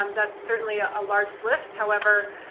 um that's certainly ah a large list however,